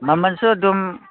ꯃꯃꯟꯁꯨ ꯑꯗꯨꯝ